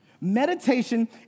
Meditation